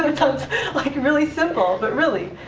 it sounds like really simple. but really,